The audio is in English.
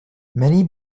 many